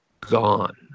gone